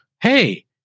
hey